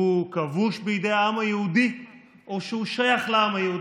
כבוש בידי העם היהודי או שהוא שייך לעם היהודי?